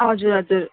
हजुर हजुर